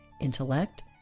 intellect